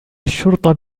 الشرطة